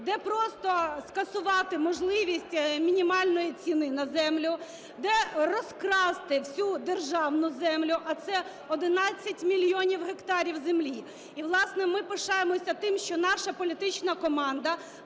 де просто скасувати можливість мінімальної ціни на землю, де розкрасти всю державну землю, а це 11 мільйонів гектарів землі. І, власне, ми пишаємося тим, що наша політична команда,